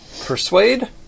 Persuade